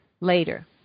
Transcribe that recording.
later